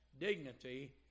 dignity